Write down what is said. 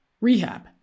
rehab